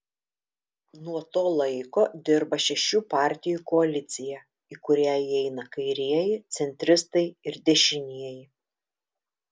nuo to laiko dirba šešių partijų koalicija į kurią įeina kairieji centristai ir dešinieji